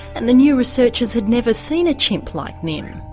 and the new researchers had never seen a chimp like nim.